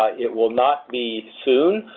it will not be soon.